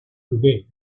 today